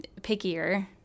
pickier